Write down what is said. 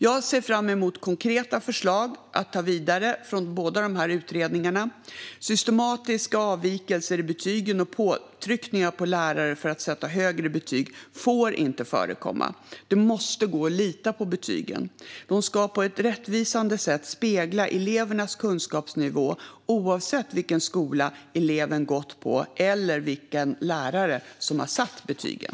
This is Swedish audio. Jag ser fram emot konkreta förslag att ta vidare från båda dessa utredningar. Systematiska avvikelser i betygen och påtryckningar på lärare för att sätta högre betyg får inte förekomma. Det måste gå att lita på betygen. De ska på ett rättvisande sätt spegla elevens kunskapsnivå oavsett vilken skola eleven gått på eller vilken lärare som satt betyget.